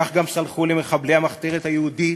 כך סלחו למחבלי המחתרת היהודית,